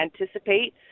anticipate